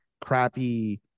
crappy